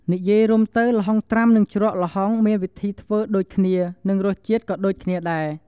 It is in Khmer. និយាយរួមទៅល្ហុងត្រាំនិងជ្រក់ល្ហុងមានវិធីធ្វើដូចគ្នា និងរសជាតិក៏ដូចគ្នាដែរ។